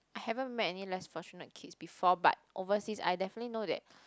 I haven't met any less fortunate kids before but overseas I definitely know that